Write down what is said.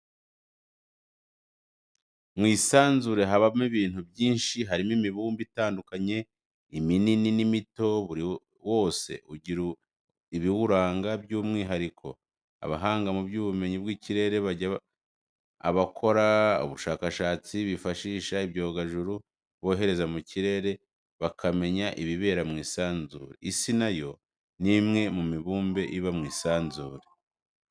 Mu isanzure habamo ibintu byinshi harimo imibumbe itandukanye iminini n'imito buri wose ugira ibiwuranga by'umwihariko abahanga mu by'ubumenyi bw'ikirere bajya abakora ubushakashatsi bifashishije ibyogajuru bohereza mu kirere bakamenya ibibera mw'isanzure, isi nayo ni umwe mu mibumbe iba mw'isanzure.